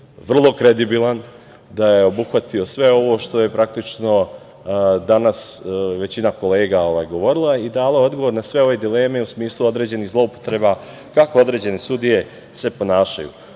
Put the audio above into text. vrlo kredibilan, da je obuhvatio sve ovo što je praktično danas većina kolega govorila i dala odgovor na sve ove dileme u smislu određenih zloupotreba kako se određene sudije ponašaju. Takođe,